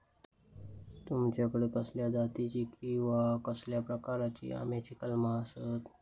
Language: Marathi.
तुमच्याकडे कसल्या जातीची किवा कसल्या प्रकाराची आम्याची कलमा आसत?